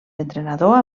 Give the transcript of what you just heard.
entrenador